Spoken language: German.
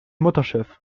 mutterschiff